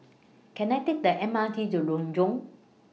Can I Take The M R T to Renjong